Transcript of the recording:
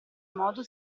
modo